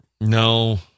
No